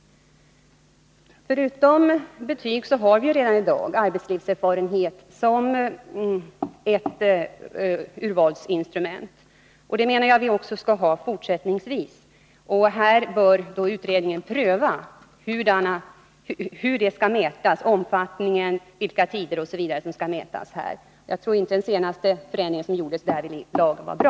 Förutom betygen har vi redan i dag arbetslivserfarenhet som ett urvalsinstrument. Det menar jag att vi skall ha också fortsättningsvis. Utredningen bör pröva vad som i det fallet skall mätas — omfattning, tider osv. Jag tror inte den förändring som senast gjordes av värderingen av arbetslivserfarenhet var bra.